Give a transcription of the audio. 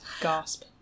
gasp